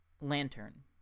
lantern